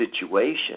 situation